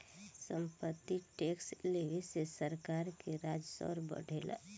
सम्पत्ति टैक्स लेवे से सरकार के राजस्व बढ़ेला